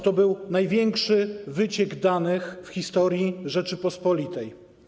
To był największy wyciek danych w historii Rzeczypospolitej.